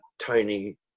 tiny